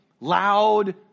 loud